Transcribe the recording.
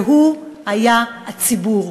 והוא היה הציבור.